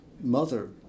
mother